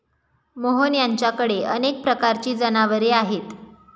मोहन यांच्याकडे अनेक प्रकारची जनावरे आहेत